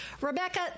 rebecca